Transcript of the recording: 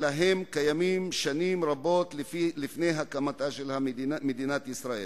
מה עוד, שאם נשווה את הילדים האלה למגזר היהודי,